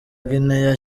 guinea